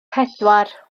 pedwar